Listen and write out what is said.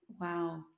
wow